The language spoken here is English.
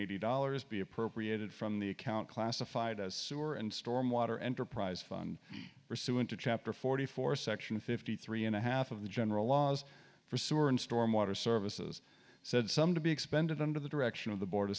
eighty dollars be appropriated from the account classified as sewer and storm water enterprise fund pursuant to chapter forty four section fifty three and a half of the general laws for soarin stormwater services said some to be expended under the direction of the board